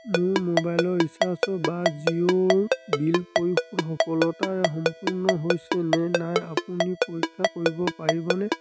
মোৰ mobile recharge বা জিওৰ বিল পৰিশোধ সফলতাৰে সম্পূৰ্ণ হৈছে নে নাই আপুনি পৰীক্ষা কৰিব পাৰিবনে